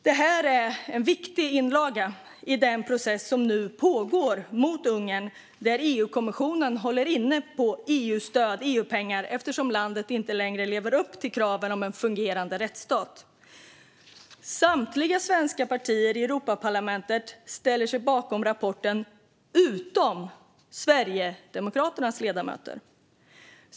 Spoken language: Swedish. Det är en viktig inlaga i den process som nu pågår mot Ungern där EU-kommissionen håller inne EU-stöd, EU-pengar, därför att landet inte längre lever upp till kraven om en fungerande rättsstat. Samtliga svenska partier i Europaparlamentet ställer sig bakom rapporten utom Sverigedemokraterna.